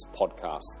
Podcast